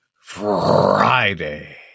friday